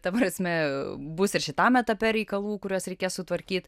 ta prasme bus ir šitam etape reikalų kuriuos reikės sutvarkyt